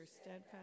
steadfast